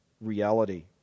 reality